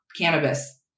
cannabis